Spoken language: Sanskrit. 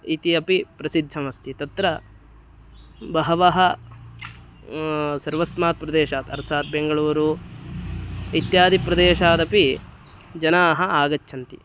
इति अपि प्रसिद्धमस्ति तत्र बहवः सर्वस्मात् प्रदेशात् अर्थात् बेङ्गळूरु इत्यादिप्रदेशादपि जनाः आगच्छन्ति